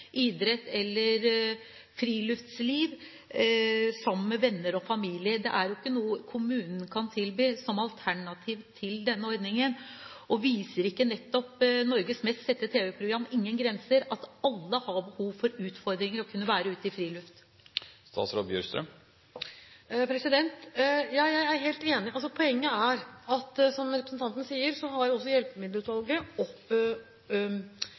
idrett eller friluftsliv sammen med venner og familie? Det er ikke noe kommunen kan tilby som alternativ til denne ordningen. Viser ikke nettopp Norges mest sette TV-program, «Ingen grenser», at alle har behov for utfordringer og å kunne være ute i friluft? Jeg er helt enig. Poenget er, som representanten sier, at også Hjelpemiddelutvalget har